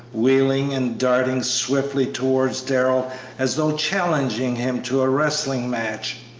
wheeling and darting swiftly towards darrell as though challenging him to a wrestling-match.